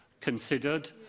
considered